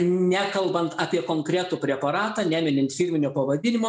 nekalbant apie konkretų preparatą neminint firminio pavadinimo